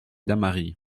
damary